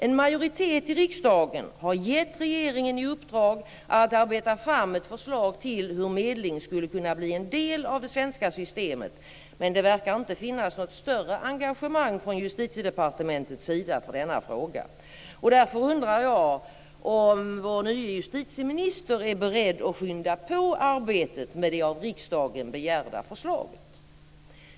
En majoritet i riksdagen har gett regeringen i uppdrag att arbeta fram ett förslag till hur medling skulle kunna bli en del av det svenska systemet, men det verkar inte finnas något större engagemang från Justitiedepartementets sida för denna fråga. Därför undrar jag om vår nye justitieminister är beredd att skynda på arbetet med det av riksdagen begärda förslaget.